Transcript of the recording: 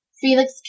Felix